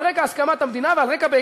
על רקע הסכמת המדינה ועל רקע,